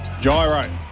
Gyro